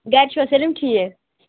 گَرِ چھُوا سٲلِم ٹھیٖک